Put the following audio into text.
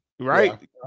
Right